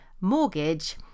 mortgage